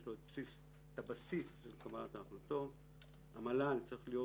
יש לו את הבסיס לקבלת ההחלטות המל"ל צריך להיות